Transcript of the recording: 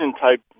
type